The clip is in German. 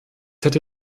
hätte